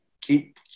keep